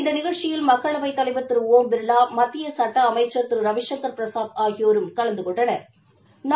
இந்த நிகழ்ச்சியில் மக்களவைத் தலைவா் திரு ஓம் பிா்லா மத்திய சட்ட அமைச்சா் திரு ரவிசங்கா்பிரசாத் ஆகியோரும் கலந்து கொண்டனா்